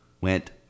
went